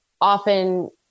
often